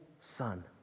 Son